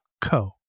co